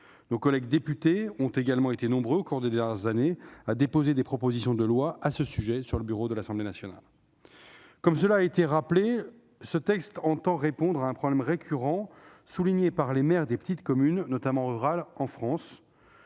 Nos collègues députés ont également été nombreux, au cours des dernières années, à déposer des propositions de loi sur ce sujet sur le bureau de l'Assemblée nationale. Comme cela a été rappelé, ce texte tend à répondre à un problème souligné de manière récurrente par les maires des petites communes, notamment rurales,